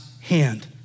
hand